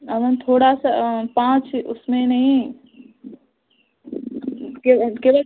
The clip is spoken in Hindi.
अब हम थोड़ा सा पाँच उसमें नहीं केवल केवल